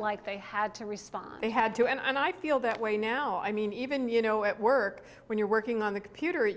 like they had to respond they had to and i feel that way now i mean even you know at work when you're working on the computer it